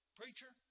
preacher